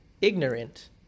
ignorant